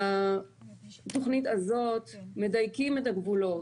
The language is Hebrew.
ובתכנית הזאת מדייקים את הגבולות.